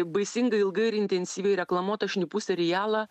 baisingai ilgai ir intensyviai reklamuotą šnipų serialą